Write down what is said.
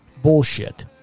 Bullshit